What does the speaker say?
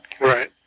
Right